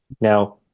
Now